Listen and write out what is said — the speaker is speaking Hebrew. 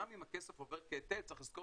גם אם הכסף עובר כהיטל צריך לזכור